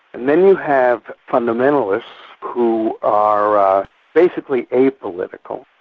and then you have fundamentalists who are ah basically apolitical,